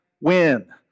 win